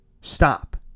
stop